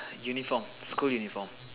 uniform school uniform